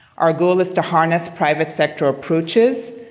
our goal is to harness private sector approaches,